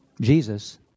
Jesus